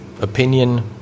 opinion